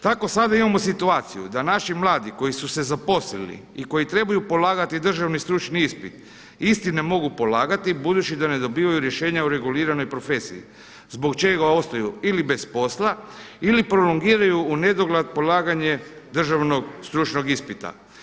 Tako sada imamo situaciju da naši mladi koji su se zaposlili i koji trebaju polagati državni stručni ispit isti ne mogu polagati budući da ne dobivaju rješenja o reguliranoj profesiji zbog čega ostaju ili bez posla ili prolongiraju u nedogled polaganje državnog stručnog ispita.